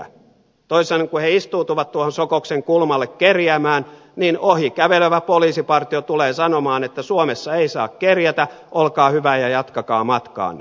toisin sanoen kun he istuutuvat tuohon sokoksen kulmalle kerjäämään niin ohi kävelevä poliisipartio tulee sanomaan että suomessa ei saa kerjätä olkaa hyvä ja jatkakaa matkaanne